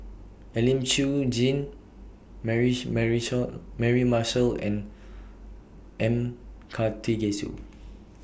Elim Chew Jean Mary Marshall and M Karthigesu